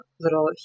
little